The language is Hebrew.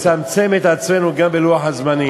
אנחנו נצמצם את עצמנו גם בלוח הזמנים.